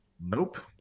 Nope